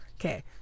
Okay